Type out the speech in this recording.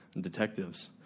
detectives